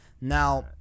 Now